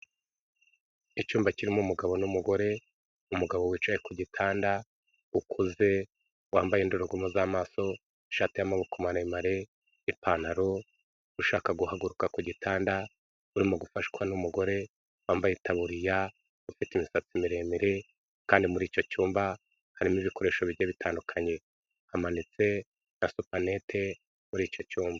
Icyumba kirimo umugabo n'umugore, umugabo wicaye ku gitanda, ukuze wambaye indorerwamo z'amaso, ishati y'amaboko maremare, ipantaro, ushaka guhaguruka ku gitanda, urimo gufashwa n'umugore wambaye itabuririya, ufite imisatsi miremire kandi muri icyo cyumba harimo ibikoresho bigiye bitandukanye. Hamanitse na supanete muri icyo cyumba.